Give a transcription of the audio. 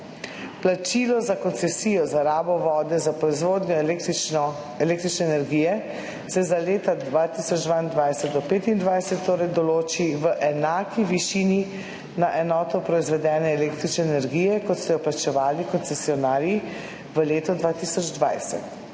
Plačilo za koncesijo za rabo vode za proizvodnjo električne energije se za leta od 2022 do 2025 določi v enaki višini na enoto proizvedene električne energije, kot so jo plačevali koncesionarji v leto 2020.